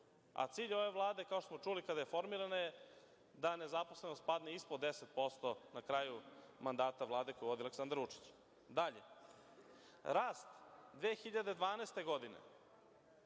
a cilj ove Vlade, kao što smo čuli kada je formirana, je da nezaposlenost padne ispod 10'% na kraju mandata Vlade koju vodi Aleksandar Vučić. Dalje, rast 2012. godine